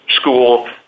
school